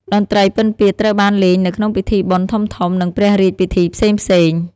តន្ត្រីពិណពាទ្យត្រូវបានលេងនៅក្នុងពិធីបុណ្យធំៗ និងព្រះរាជពិធីផ្សេងៗ។